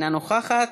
אינה נוכחת.